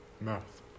math